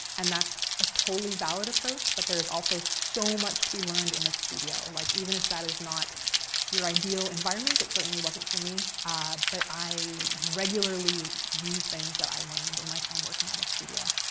and that's a totally valid approach. but there is also so much to be learned in a studio. like even if that is not your ideal environment it certainly wasn't for me but i regularly use things that i learned in my time working at a studio.